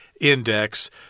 index